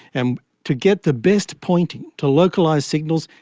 and to get the best pointing, to localise signals,